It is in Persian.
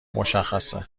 مشخصه